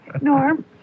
Norm